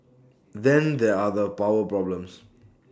then there are the power problems